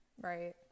right